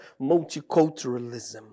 multiculturalism